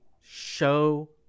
show